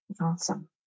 Awesome